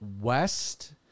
west